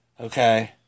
Okay